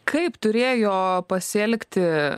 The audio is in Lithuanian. kaip turėjo pasielgti